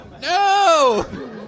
No